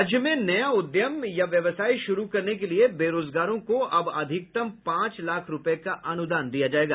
राज्य में नया उद्यम या व्यवसाय शुरू करने के लिए बेरोजगारों को अब अधिकतम पांच लाख रूपये का अनुदान दिया जायेगा